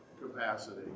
capacity